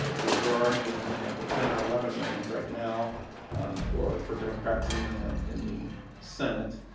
we're already in the the ten or eleven range right now for for democrats in the in the senate.